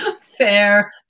fair